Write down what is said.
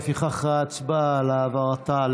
לפיכך, ההצעה עברה.